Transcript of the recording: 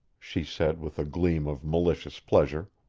she said with a gleam of malicious pleasure.